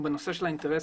בנושא של האינטרס,